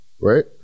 right